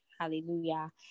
hallelujah